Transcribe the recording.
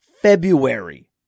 February